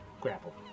grapple